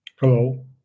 Hello